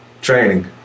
Training